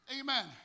Amen